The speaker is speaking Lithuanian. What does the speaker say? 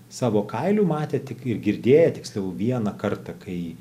savo kailiu matę tik ir girdėję tiksliau vieną kartą kai